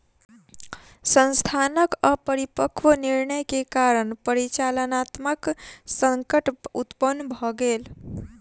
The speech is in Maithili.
संस्थानक अपरिपक्व निर्णय के कारण परिचालनात्मक संकट उत्पन्न भ गेल